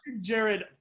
Jared